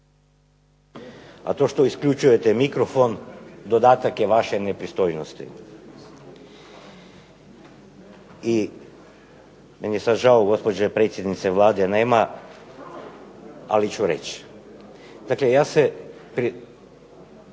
a to što isključujete mikrofon dodatak je vaše nepristojnosti. I meni je sad žao gospođe predsjednice Vlade nema, ali ću reći. Dakle, ja se,